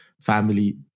family